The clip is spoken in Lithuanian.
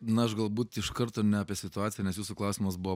na aš galbūt iš karto ne apie situaciją nes jūsų klausimas buvo